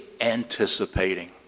anticipating